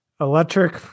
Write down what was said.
Electric